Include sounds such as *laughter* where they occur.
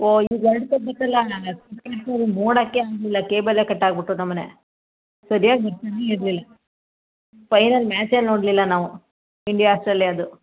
ಓ *unintelligible* ನೋಡೋಕ್ಕೇ ಆಗಲಿಲ್ಲ ಕೇಬಲೇ ಕಟ್ ಆಗ್ಬಿಟ್ಟು ನಮ್ಮ ಮನೆ ಸರ್ಯಾಗಿ ಬರ್ತಲೇ ಇರಲಿಲ್ಲ ಫೈನಲ್ ಮ್ಯಾಚೇ ನೋಡಲಿಲ್ಲ ನಾವು ಇಂಡಿಯಾ ಆಸ್ಟ್ರೇಲಿಯದು